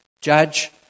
Judge